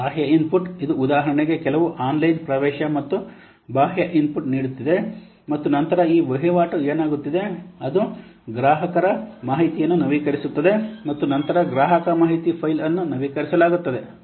ಬಾಹ್ಯ ಇನ್ಪುಟ್ ಇದು ಉದಾಹರೆಣೆಗೆ ಕೆಲವು ಆನ್ಲೈನ್ ಪ್ರವೇಶ ಮತ್ತು ಬಾಹ್ಯ ಇನ್ಪುಟ್ ನೀಡುತ್ತಿದೆ ಮತ್ತು ನಂತರ ಈ ವಹಿವಾಟು ಏನಾಗುತ್ತದೆ ಅದು ಗ್ರಾಹಕರ ಮಾಹಿತಿಯನ್ನು ನವೀಕರಿಸುತ್ತದೆ ಮತ್ತು ನಂತರ ಗ್ರಾಹಕ ಮಾಹಿತಿ ಫೈಲ್ ಅನ್ನು ನವೀಕರಿಸಲಾಗುತ್ತದೆ